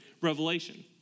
Revelation